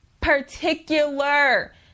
particular